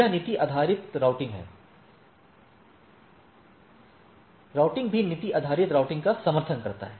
यह नीति आधारित राउटिंग है राइट भी नीति आधारित राउटिंग का समर्थन करता है